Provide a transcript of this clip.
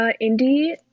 Indy